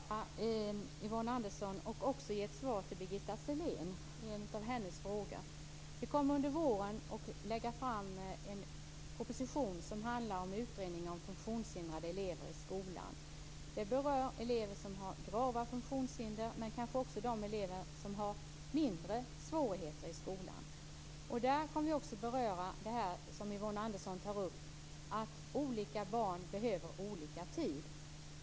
Fru talman! Låt mig svara Yvonne Andersson och även ge ett svar på en av Birgitta Selléns frågor. Vi kommer under våren att lägga fram en proposition med anledning av en utredning om funktionshindrade elever i skolan. Den berör elever som har grava funktionshinder men också elever som har mindre svårigheter i skolan. Vi kommer också att beröra det som Yvonne Andersson tar upp, nämligen att olika barn behöver olika tid.